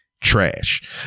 trash